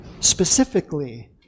specifically